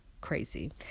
crazy